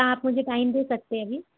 क्या आप मुझे टाइम दे सकते हैं अभी